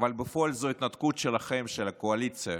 אבל בפועל זאת התנתקות שלכם, של הקואליציה,